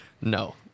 No